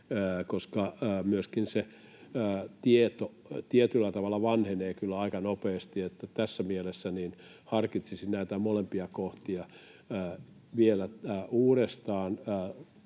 koska myöskin se tieto tietyllä tavalla vanhenee kyllä aika nopeasti, eli tässä mielessä harkitsisin näitä molempia kohtia vielä uudestaan.